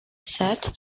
set